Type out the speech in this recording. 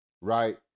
right